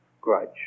grudge